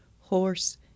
horse